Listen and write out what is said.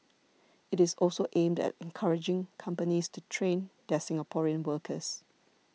it is also aimed at encouraging companies to train their Singaporean workers